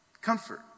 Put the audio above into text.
comfort